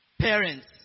parents